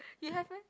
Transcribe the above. you have meh